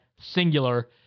singular